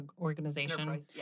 organization